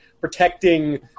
protecting